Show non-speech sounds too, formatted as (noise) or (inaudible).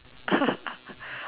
(laughs)